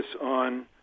on